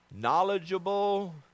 knowledgeable